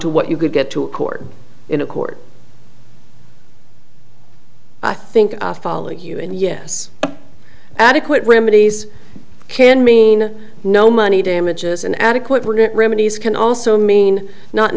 to what you could get to a court in a court i think i follow you and yes adequate remedies can mean no money damages and adequate regret remedies can also mean not